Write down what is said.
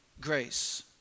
grace